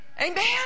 Amen